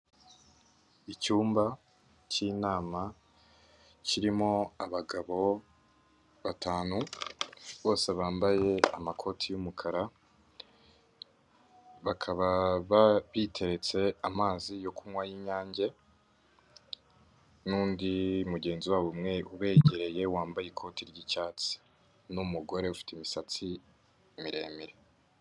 Icyumba cy'inama kirimo abagabo batanu bose bambaye amakoti y'umukara, baka biteretse amazi yo kunywa y'inyange, n'undi mugenzi wabo ubegereye wambaye ikoti ry'icyatsi n'umugore ufite imisatsi miremire.